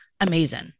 Amazing